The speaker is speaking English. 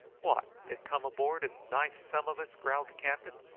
what! to come aboard and knife some of us? growled the captain.